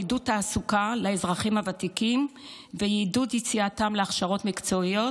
עידוד תעסוקה לאזרחים הוותיקים ועידוד יציאתם להכשרות מקצועיות,